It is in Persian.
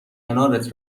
کنارت